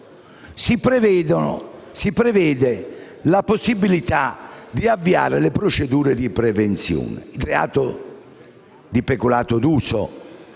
si prevede la possibilità di avviare le procedure di prevenzione. Ricordo che il reato di peculato d'uso